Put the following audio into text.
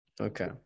Okay